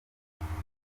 itegeko